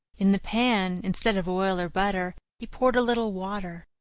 in the pan, instead of oil or butter, he poured a little water.